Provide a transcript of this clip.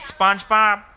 SpongeBob